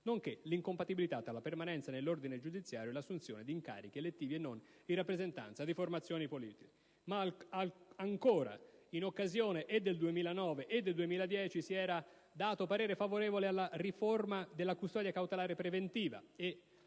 l'incompatibilità tra la permanenza nell'ordine giudiziario e l'assunzione di incarichi, elettivi e non, in rappresentanza di formazioni politiche. Ancora: in occasione e del 2009 e del 2010, si era dato parere favorevole rispetto alla riforma della custodia cautelare preventiva